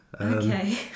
Okay